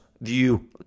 view